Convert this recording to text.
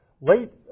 Late